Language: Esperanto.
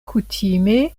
kutime